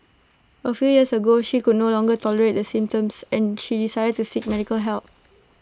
A few years ago she could no longer tolerate the symptoms and she decided to seek medical help